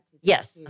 Yes